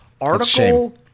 Article